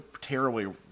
terribly